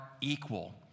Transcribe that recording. equal